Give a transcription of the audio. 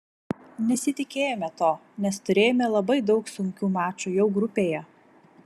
nesitikėjome to nes turėjome labai daug sunkių mačų jau grupėje